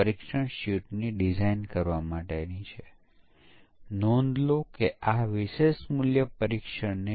પરીક્ષણ તેઓ તમામ પ્રકારના પરીક્ષણ કરે છે જે એકીકરણ અને સિસ્ટમ પરીક્ષણ છે અને સ્વીકાર્ય પરીક્ષણ જેમાં અન્ય તમામ પરીક્ષણમાં સામેલ છે